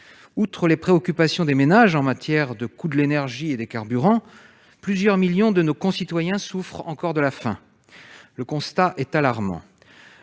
Outre les préoccupations des ménages en matière de coût de l'énergie et des carburants, plusieurs millions de nos concitoyens souffrent encore de la faim. Le constat est alarmant